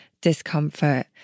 discomfort